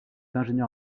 ingénieur